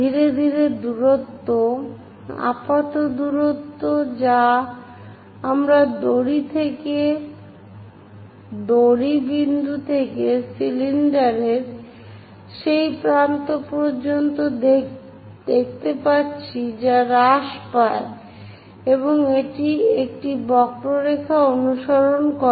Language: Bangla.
ধীরে ধীরে দূরত্ব আপাত দূরত্ব যা আমরা দড়ি বিন্দু থেকে সিলিন্ডারের সেই প্রান্ত পর্যন্ত দেখতে পাচ্ছি তা হ্রাস পায় এবং এটি একটি বক্ররেখা অনুসরণ করে